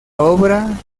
obra